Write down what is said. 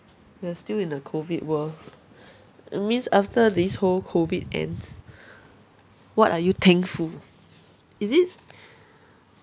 we are still in the COVID world it means after this whole COIVD ends what are you thankful is it